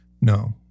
No